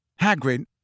Hagrid